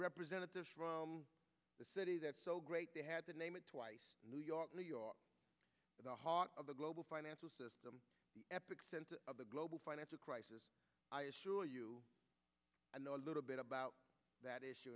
representative from the city that's so great they had to name it new york new york the heart of the global financial system epic center of the global financial crisis i assure you i know a little bit about that issue